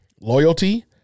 Loyalty